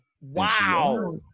Wow